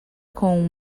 com